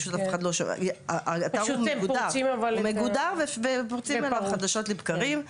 הוא מגודר ופורצים אליו חדשות לבקרים.